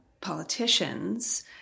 politicians